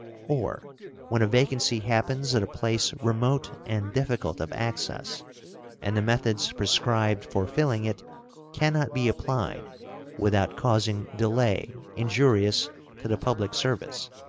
or when a vacancy happens at a place remote and difficult of access and the methods prescribed for filling it can not be applied without causing delay injurious to the public service,